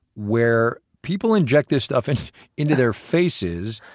where people inject this stuff and into their faces,